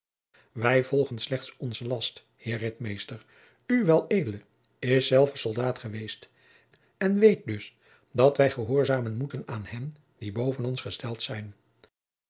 wij volgen slechts onze last heer ritmeester u wel ed is zelve soldaat geweest en weet dus dat wij gehoorzamen moeten aan hen die boven ons gesteld zijn